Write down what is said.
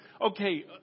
okay